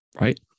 right